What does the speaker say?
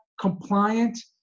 compliant